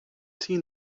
seen